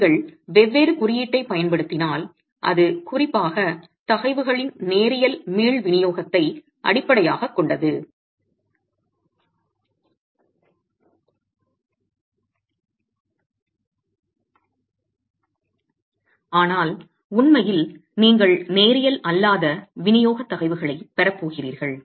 நீங்கள் வெவ்வேறு குறியீட்டைப் பயன்படுத்தினால் அது குறிப்பாக தகைவுகளின் நேரியல் மீள் விநியோகத்தை அடிப்படையாகக் கொண்டது ஆனால் உண்மையில் நீங்கள் நேரியல் அல்லாத விநியோக தகைவுகளைப் பெறப் போகிறீர்கள்